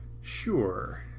sure